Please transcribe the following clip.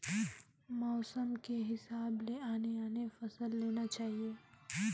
मउसम के हिसाब ले आने आने फसल लेना चाही